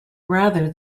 rather